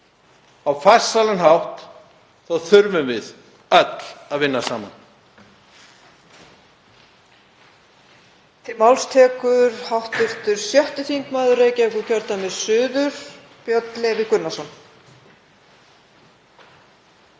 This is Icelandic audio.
á farsælan hátt þurfum við öll að vinna saman.